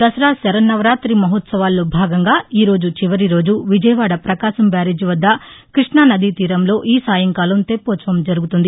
దసరా శరన్నవరాతి మహోత్సవాల్లో భాగంగా ఈరోజు చివరిరోజు విజయవాడ పకాశం బ్యారేజి వద్ద కృష్ణానదీ తీరంలో ఈ సాయంకాలం తెప్పోత్సవం జరుగుతుంది